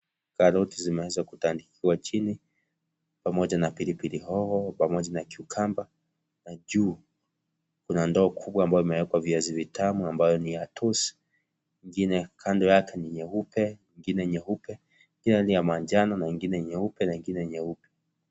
Karoti zimeweza kutandikwa chini pamoja na pilipili hoho pamoja na cucumber na juu, kuna ndoo kubwa ambayo imewekwa viazi vitamu ambayo niya toss ingine kando yake ni nyeupe ingine nyeupe na pia rangi ya manjano na ingine nyeupe na ingine nyeupe.